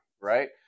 right